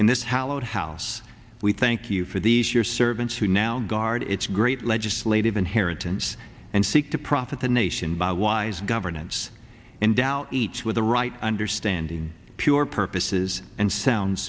in this house load house we thank you for these your servants who now guard its great legislative inheritance and seek to profit the nation by wise governance and doubt each with the right understanding pure purposes and sound